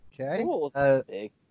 Okay